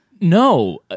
No